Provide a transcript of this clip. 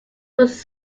was